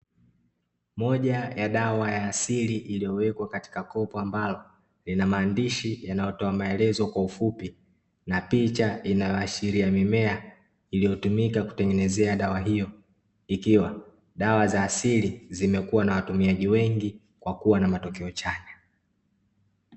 Moja ya dawa ya asili iliyowekwa katika kopo, ambalo lina maandishi yanayotoa maelezo kwa ufupi na picha inayashiria mimea iliyotumika kutengenezea dawa hiyo; ikiwa dawa za asili zimekuwa na watumiaji wengi kwa kuwa na matokeo chanya.